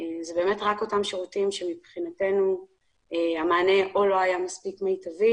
אלה רק אותם שירותים שמבחינתנו המענה או לא היה מספיק מיטבי